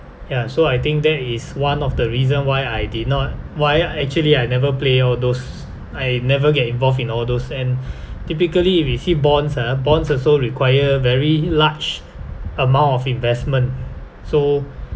ya so I think that is one of the reason why I did not why actually I never play all those I never get involved in all those and typically if you see bonds ah bonds also require very large amount of investment so